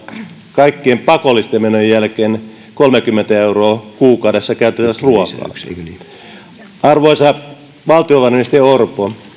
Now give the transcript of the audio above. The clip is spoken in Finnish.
kaikkien pakollisten menojen jälkeen kolmekymmentä euroa kuukaudessa käytettävissä ruokaan arvoisa valtiovarainministeri orpo